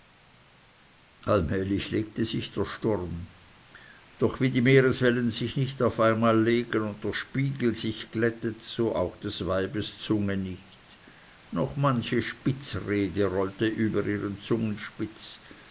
allmählich legte sich der sturm doch wie die meereswellen sich nicht auf einmal legen und der spiegel sich glättet so auch des weibes zunge nicht noch manche spitzrede rollte über ihren zungenspitz